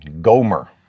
Gomer